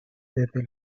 desde